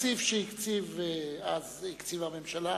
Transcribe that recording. התקציב שהקציבה אז הממשלה,